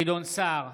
גדעון סער,